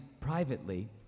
privately